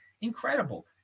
incredible